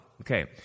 okay